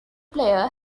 player